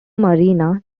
marina